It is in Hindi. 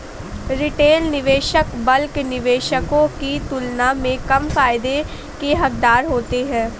रिटेल निवेशक बल्क निवेशकों की तुलना में कम फायदे के हक़दार होते हैं